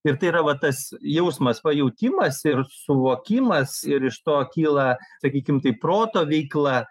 ir tai yra va tas jausmas pajautimas ir suvokimas ir iš to kyla sakykim taip proto veikla